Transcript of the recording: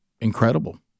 incredible